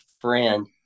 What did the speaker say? friend